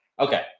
Okay